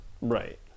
right